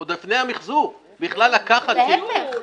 עוד לפני המחזור בכלל לקחת --- מה זה קשור?